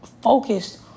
focused